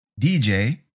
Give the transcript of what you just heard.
DJ